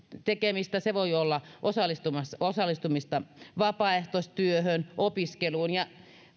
tekemistä se voi olla osallistumista vapaaehtoistyöhön opiskeluun ja